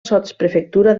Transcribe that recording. sotsprefectura